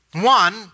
One